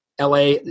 LA